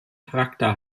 charakter